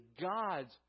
God's